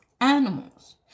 animals